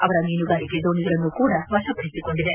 ಅವರ ಮೀನುಗಾರಿಕೆ ದೋಣಿಗಳನ್ನು ಕೂಡ ವಶಪಡಿಸಿಕೊಂಡಿದೆ